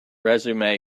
resume